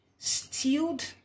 stealed